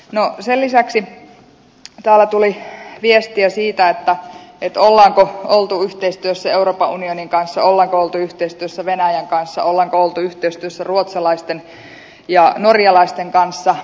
no sen lisäksi täällä tuli viestiä siitä onko oltu yhteistyössä euroopan unionin kanssa onko oltu yhteistyössä venäjän kanssa onko oltu yhteistyössä ruotsalaisten ja norjalaisten kanssa